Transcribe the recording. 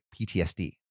PTSD